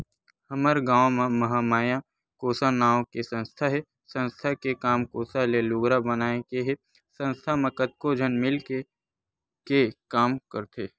हमर गाँव म महामाया कोसा नांव के संस्था हे संस्था के काम कोसा ले लुगरा बनाए के हे संस्था म कतको झन मिलके के काम करथे